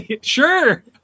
Sure